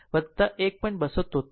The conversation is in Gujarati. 77 1